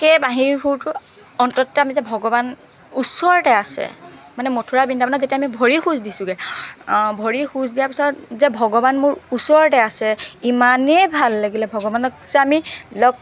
সেই বাঁহীৰ সুৰটোৰ অন্তত যে আমি ভগৱান ওচৰতে আছে মানে মথুৰা বৃন্দাবনত যেতিয়া আমি ভৰি খোজ দিছোগে ভৰি খোজ দিয়াৰ পিছত যে ভগৱান মোৰ ওচৰতে আছে ইমানেই ভাল লাগিলে ভগৱানক যে আমি লগ